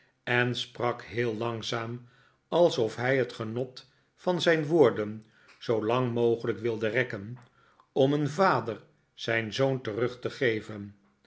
en sprak heel langzaam alsof hij het genot van zijn woorden zoo lang mogelijk wilde rekken om een vader zijn zoon terug te geven